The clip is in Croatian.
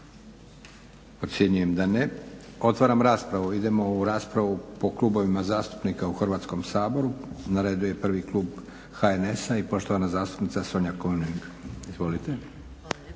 Ocjenjujem da ne. Otvaram raspravu. Idemo u raspravu po klubovima zastupnika u Hrvatskom saboru. Na redu je prvo klub HNS-a i poštovana zastupnica Sonja König. Izvolite.